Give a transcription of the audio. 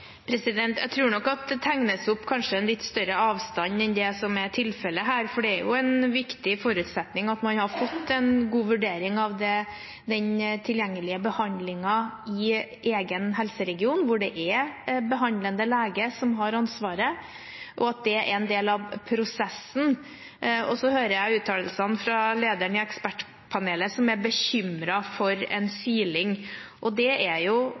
Jeg tror nok at det tegnes opp en litt større avstand enn det som er tilfellet her, for det er en viktig forutsetning at man har fått en god vurdering av den tilgjengelige behandlingen i egen helseregion, hvor det er behandlende lege som har ansvaret, og at det er en del av prosessen. Så hører jeg uttalelsene fra lederen i Ekspertpanelet, som er bekymret for en siling, og det er jo